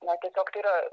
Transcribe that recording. na tiesiog tai yra